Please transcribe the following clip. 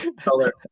color